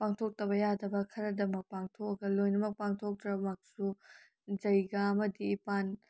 ꯄꯥꯡꯊꯣꯛꯇꯕ ꯌꯥꯗꯕ ꯈꯔꯗꯃꯛ ꯄꯥꯡꯊꯣꯛꯑꯒ ꯂꯣꯏꯅꯃꯛ ꯄꯥꯡꯊꯣꯛꯇ꯭ꯔꯃꯛꯁꯨ ꯖꯩꯒ ꯑꯃꯗꯤ ꯏꯄꯥꯟ